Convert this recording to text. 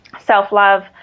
self-love